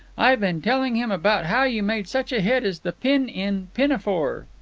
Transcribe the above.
i been telling him about how you made such a hit as the pin in pinafore!